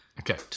Okay